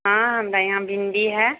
हँ हमरा यहाँ भिंडी है